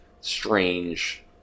strange